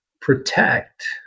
protect